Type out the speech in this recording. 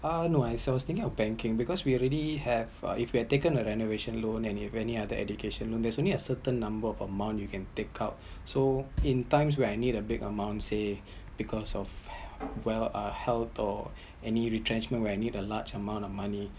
ah no as I was thinking of banking because we already have uh if we have taken a renovation loan and if any other education loan there’s only a certain number of amount you can take out so in time when I need a big amount says because of wealth ah health or any retrenchment when I need a large amount of money